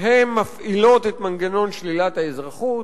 שהן מפעילות את מנגנון שלילת האזרחות.